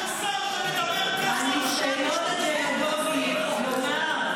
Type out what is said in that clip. אתם יודעים, אני מציע לך ללכת פעם אחת לעמותה.